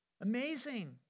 Amazing